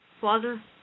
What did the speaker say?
Father